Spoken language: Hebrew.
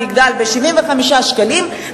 75 שקלים,